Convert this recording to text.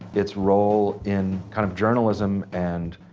its role in kind of journalism and,